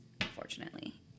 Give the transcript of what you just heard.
unfortunately